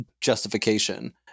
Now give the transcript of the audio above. justification